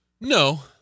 No